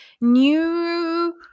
new